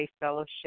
Fellowship